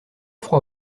froid